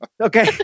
Okay